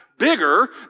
bigger